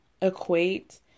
equate